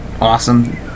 awesome